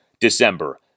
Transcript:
December